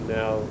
now